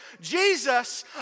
Jesus